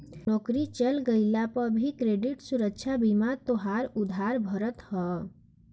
नोकरी चल गइला पअ भी क्रेडिट सुरक्षा बीमा तोहार उधार भरत हअ